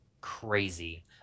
crazy